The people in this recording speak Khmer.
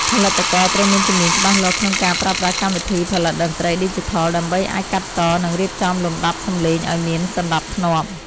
ផលិតករត្រូវមានជំនាញច្បាស់លាស់ក្នុងការប្រើប្រាស់កម្មវិធីផលិតតន្ត្រីឌីជីថល ដើម្បីអាចកាត់ត និងរៀបចំលំដាប់សំឡេងឱ្យមានសណ្ដាប់ធ្នាប់។